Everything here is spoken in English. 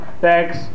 thanks